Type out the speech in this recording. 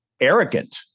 arrogant